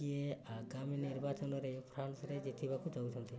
କିଏ ଆଗାମୀ ନିର୍ବାଚନରେ ଫ୍ରାନ୍ସରେ ଜିତିବାକୁ ଯାଉଛନ୍ତି